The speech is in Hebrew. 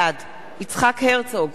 בעד יצחק הרצוג,